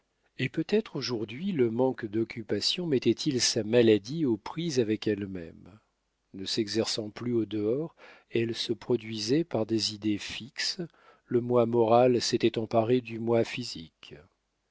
et peut-être aujourd'hui le manque d'occupations mettait-il sa maladie aux prises avec elle-même ne s'exerçant plus au dehors elle se produisait par des idées fixes le moi moral s'était emparé du moi physique